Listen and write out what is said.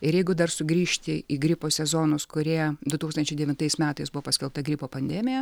ir jeigu dar sugrįžti į gripo sezonus kurie du tūkstančiai devintais metais buvo paskelbta gripo pandemija